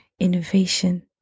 innovation